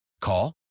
Call